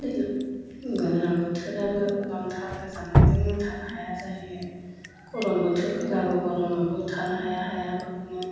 गोजां बोथोराबो गोबांथार गोजांनायजोंनो थानो हाया जायो गरम बोथोर फैब्लाबो गरमावबो थानो हाया हाया गावखौनो